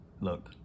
look